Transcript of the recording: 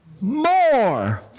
more